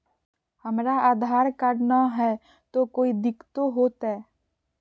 हमरा आधार कार्ड न हय, तो कोइ दिकतो हो तय?